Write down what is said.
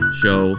show